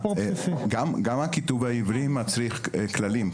גם הכיתוב העברי מצריך כללים,